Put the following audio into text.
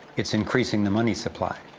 it's increasing the money supply?